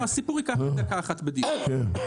הסיפור יהיה דקה אחת בדיוק.